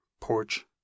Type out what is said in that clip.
porch